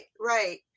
right